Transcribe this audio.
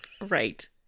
Right